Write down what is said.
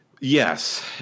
Yes